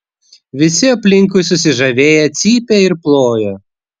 visi aplinkui susižavėję cypia ir ploja